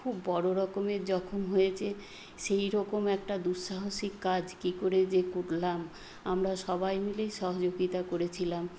খুব বড় রকমের জখম হয়েছে সেই রকম একটা দুঃসাহসিক কাজ কি করে যে করলাম আমরা সবাই মিলেই সহযোগিতা করেছিলাম